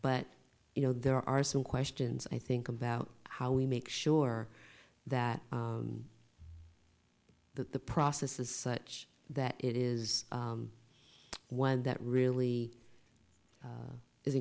but you know there are some questions i think about how we make sure that that the process is such that it is one that really